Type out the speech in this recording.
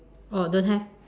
oh don't have